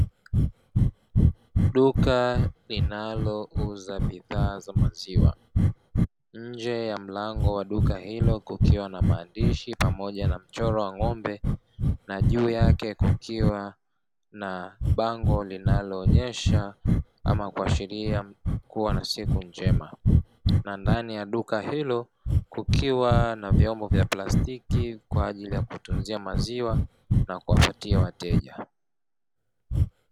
Duka linalouza bidhaa za maziwa, nje ya mlango wa duka hilo kukiwa na maandishi pamoja na mchoro wa ng'ombe na juu yake kukiwa na bango, linaloonesha ama kuashiria kuwa na siku njema na ndani ya duka hilo kukiwa na vyombo vya plastiki kwa ajili ya kutunzia maziwa na kuwafuatia wateja.